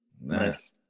Nice